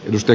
yhdistä